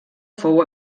fou